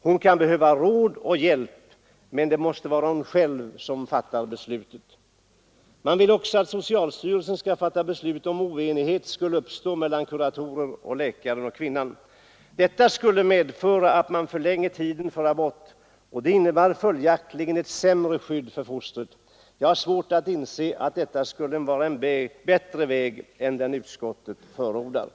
Hon kan behöva råd och hjälp, men det måste vara hon själv som fattar beslutet. Reservanterna föreslår också att socialstyrelsen skall fatta beslutet, om oenighet skulle uppstå mellan kuratorn, läkaren och kvinnan. Detta skulle medföra att man förlängde tiden för abort, och det innebär följaktligen ett sämre skydd för fostret. Jag har svårt att inse att detta skulle vara en bättre väg än den utskottet förordar.